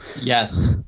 Yes